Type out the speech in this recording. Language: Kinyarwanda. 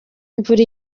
imvura